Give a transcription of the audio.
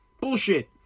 Bullshit